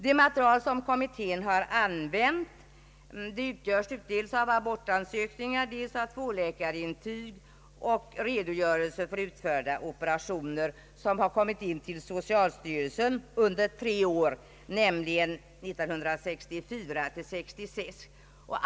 Det material som kommittén har använt utgörs dels av abortansökningar, dels av tvåläkarintyg, dels ock av redogörelser över utförda operationer, som kommit in till socialstyrelsen under tre år, nämligen 1964— 1966.